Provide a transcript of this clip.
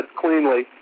cleanly